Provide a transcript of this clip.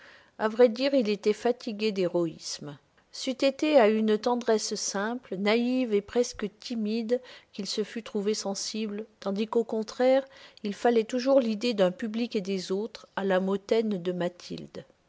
à vrai dire il était fatigué d'héroïsme c'eût été à une tendresse simple naïve et presque timide qu'il se fût trouvé sensible tandis qu'au contraire il fallait toujours l'idée d'un public et des autres à l'âme hautaine de mathilde